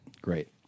Great